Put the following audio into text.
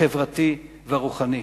החברתי והרוחני.